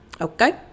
Okay